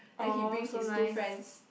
then he bring his two friends